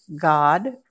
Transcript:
God